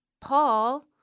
Paul